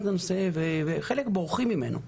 חלק בורחים ממנו.